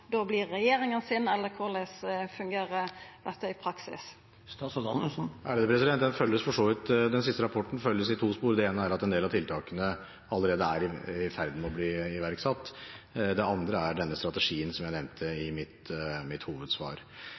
blir regjeringa sin, eller korleis fungerer dette i praksis? Den siste rapporten følges i to spor. Det ene er at en del av tiltakene allerede er i ferd med å bli iverksatt. Det andre er denne strategien som jeg nevnte i mitt hovedsvar.